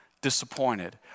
disappointed